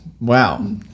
Wow